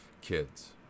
kids